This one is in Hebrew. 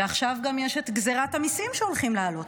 ועכשיו גם יש את גזרת המיסים שהולכים לעלות.